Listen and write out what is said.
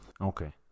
Okay